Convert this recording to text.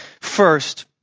First